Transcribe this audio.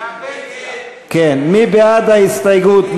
מי בעד ההסתייגות?